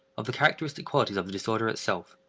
of the characteristic qualities of the disorder itself.